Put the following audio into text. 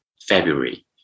February